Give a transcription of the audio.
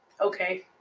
Okay